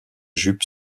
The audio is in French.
jup